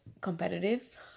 competitive